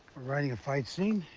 write a fight scene,